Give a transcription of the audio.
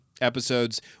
episodes